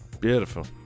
Beautiful